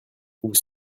vous